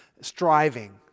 striving